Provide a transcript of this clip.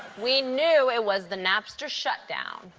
we knew it was the napster shutdown.